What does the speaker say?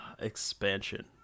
expansion